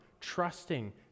trusting